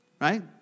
Right